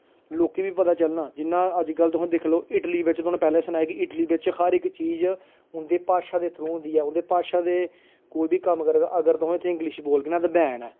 लोकें गी बी पता चलन ना जि'यां अज्जकल तुस दिक्खी लैओ इटली बिच थाह्नूं पैह्लें बी सनाया कि इटली बिच हर इक चीज उं'दी भाशा दे थ्रू होंदी ऐ उं'दी भाशा दे कोई बी कम्म करो अगर तुस उ'त्थें इंग्लिश बोलगे ना उ'त्थें बैन ऐ